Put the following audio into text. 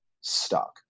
stuck